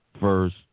first